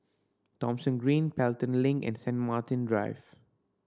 Thomson Green Pelton Link and Saint Martin Drive